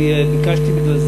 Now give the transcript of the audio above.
וביקשתי בגלל זה,